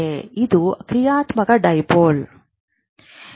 ಇದು ಕ್ರಿಯಾತ್ಮಕ ದ್ವಿಧ್ರುವಿ